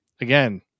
again